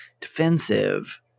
defensive